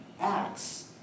acts